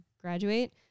graduate